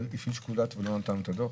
הפעיל שיקול דעת ולא נתן לו את הדוח?